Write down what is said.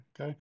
Okay